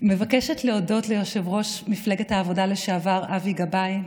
מבקשת להודות ליושב-ראש מפלגת העבודה לשעבר אבי גבאי,